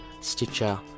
stitcher